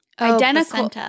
identical